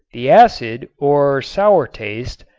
the acid, or sour taste,